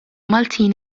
maltin